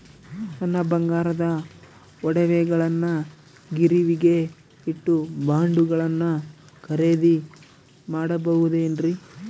ನನ್ನ ಬಂಗಾರದ ಒಡವೆಗಳನ್ನ ಗಿರಿವಿಗೆ ಇಟ್ಟು ಬಾಂಡುಗಳನ್ನ ಖರೇದಿ ಮಾಡಬಹುದೇನ್ರಿ?